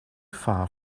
far